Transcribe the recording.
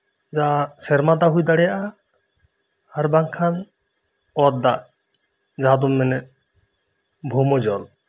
ᱡᱟᱦᱟᱸ ᱥᱮᱨᱢᱟ ᱫᱟᱜ ᱦᱩᱭᱫᱟᱲᱤᱭᱟᱜ ᱟ ᱟᱨᱵᱟᱝᱠᱷᱟᱱ ᱚᱛ ᱫᱟᱜ ᱡᱟᱦᱟᱸᱵᱩᱱ ᱢᱮᱱᱮᱫ ᱵᱷᱚᱣᱢᱚ ᱡᱚᱞ